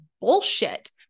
bullshit